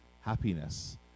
happiness